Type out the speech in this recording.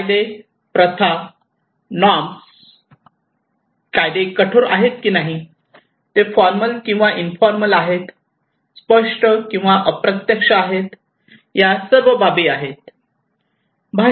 कायदे प्रथा नॉर्म्स कायदे कठोर आहेत की नाहीत ते फॉर्मल किंवा इंफॉर्मल आहेत स्पष्ट किंवा अप्रत्यक्ष आहेत या सर्व बाबी आहेत